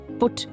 put